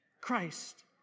Christ